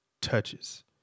Touches